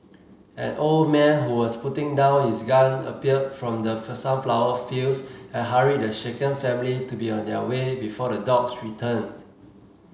an old man who was putting down his gun appeared from the sunflower fields and hurried the shaken family to be on their way before the dogs return